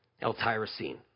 L-tyrosine